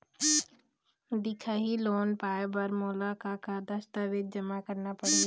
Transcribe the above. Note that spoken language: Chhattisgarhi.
दिखाही लोन पाए बर मोला का का दस्तावेज जमा करना पड़ही?